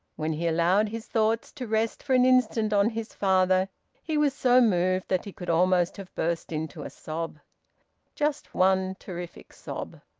when he allowed his thoughts to rest for an instant on his father he was so moved that he could almost have burst into a sob just one terrific sob.